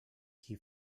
qui